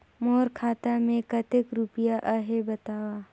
मोर खाता मे कतेक रुपिया आहे बताव?